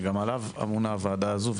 שגם עליו אמונה הוועדה הזו.